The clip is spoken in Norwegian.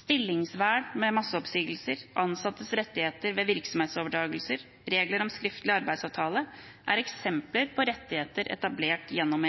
Stillingsvern ved masseoppsigelser, ansattes rettigheter ved virksomhetsoverdragelser og regler om skriftlig arbeidsavtale er eksempler på rettigheter etablert gjennom